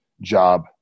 job